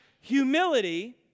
humility